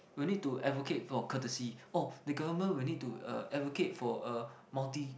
will need to advocate for courtesy oh the government will need to uh advocate for uh multi